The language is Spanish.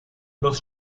los